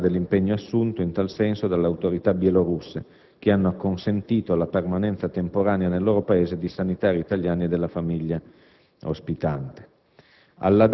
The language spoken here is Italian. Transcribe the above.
sulla base dell'impegno assunto in tal senso dalle autorità bielorusse, che hanno acconsentito alla permanenza temporanea nel loro Paese di sanitari italiani e della famiglia ospitante.